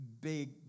big